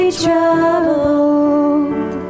troubled